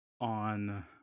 on